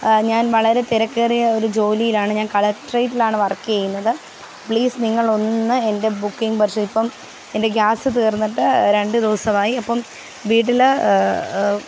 ഞാന് വളരെ തിരക്കേറിയ ഒരു ജോലിയിലാണ് ഞാന് കലക്ടറേറ്റിലാണ് വര്ക്ക് ചെയ്യുന്നത് പ്ലീസ് നിങ്ങളൊന്ന് എൻ്റെ ബുക്കിങ് പരിശോധിപ്പോ എൻ്റെ ഗ്യാസ് തീര്ന്നിട്ട് രണ്ട് ദിവസമായി അപ്പോള് വീട്ടില്